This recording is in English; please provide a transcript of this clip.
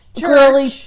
Girly